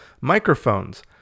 microphones